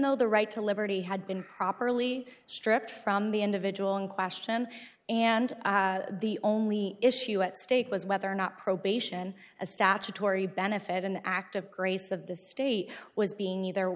though the right to liberty had been properly stripped from the individual in question and the only issue at stake was whether or not probation a statutory benefit an act of grace of the state was being either